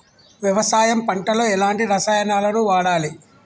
వ్యవసాయం పంట లో ఎలాంటి రసాయనాలను వాడాలి?